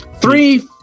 Three